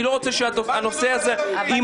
אני לא רוצה שהנושא הזה יתמסמס.